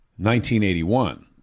1981